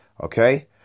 okay